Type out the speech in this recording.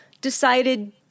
decided